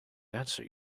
answer